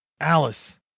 Alice